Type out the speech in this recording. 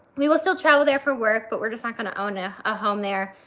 we will still travel there for work, but we're just not gonna own a ah home there,